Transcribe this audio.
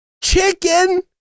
Chicken